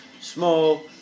Small